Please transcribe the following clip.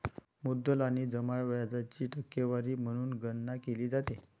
मुद्दल आणि जमा व्याजाची टक्केवारी म्हणून गणना केली जाते